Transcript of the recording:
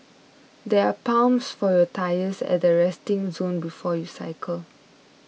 there are pumps for your tyres at the resting zone before you cycle